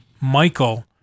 Michael